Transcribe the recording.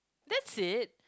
that's it